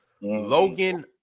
Logan